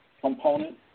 component